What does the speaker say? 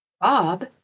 Bob